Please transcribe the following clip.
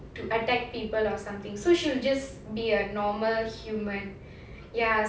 to attack people or something so she'll just be a normal human ya